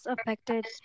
affected